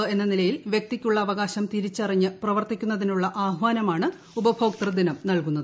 ഉപഭോക്താവ് എന്ന നിലയിൽ വ്യക്തിക്കുള്ള അവകാശം തിരിച്ചറിഞ്ഞ് പ്രവർത്തിക്കുന്നതിനുള്ള ആഹ്വാനമാണ് ഉപഭോക്തൃദിനം നൽകുന്നത്